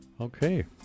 Okay